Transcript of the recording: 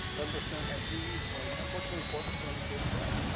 um percent had d's, and unfortunately, four percent of the kids failed.